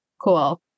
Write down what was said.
cool